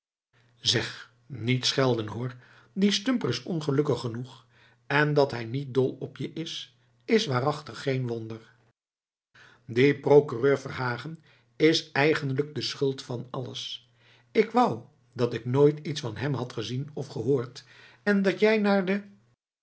zeg niet schelden hoor die stumper is ongelukkig genoeg en dat hij niet dol op je is is waarachtig geen wonder die procureur verhagen is eigenlijk de schuld van alles k wou dat ik nooit iets van hem had gezien of gehoord en dat jij naar de